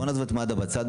בוא נעזוב את מד"א בצד,